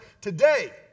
today